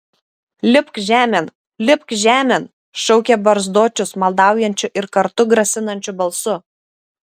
lipk žemėn lipk žemėn šaukė barzdočius maldaujančiu ir kartu grasinančiu balsu